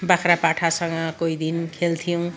बाख्रा पाठासँग कोही दिन खेल्थ्यौँ